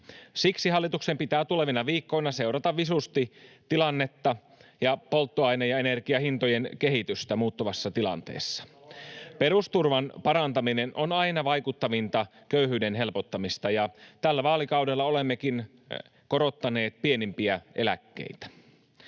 Siksi hallituksen pitää tulevina viikkoina seurata visusti tilannetta ja polttoaine- ja energiahintojen kehitystä muuttuvassa tilanteessa. Perusturvan parantaminen on aina vaikuttavinta köyhyyden helpottamista, ja tällä vaalikaudella olemmekin korottaneet pienimpiä eläkkeitä.